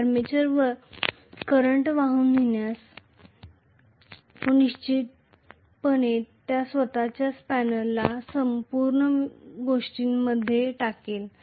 armature current वाहून नेल्यास तो निश्चितपणे त्याच्या स्वतःच्या स्पॅनरला संपूर्ण गोष्टींमध्ये टाकेल